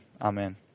Amen